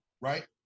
right